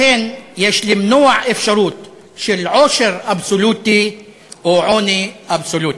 לכן יש למנוע אפשרות של עושר אבסולוטי או עוני אבסולוטי.